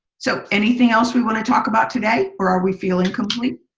so anything else we want to talk about today or are we feeling complete?